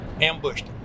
ambushed